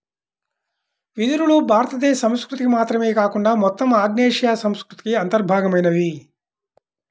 వెదురులు భారతదేశ సంస్కృతికి మాత్రమే కాకుండా మొత్తం ఆగ్నేయాసియా సంస్కృతికి అంతర్భాగమైనవి